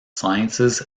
sciences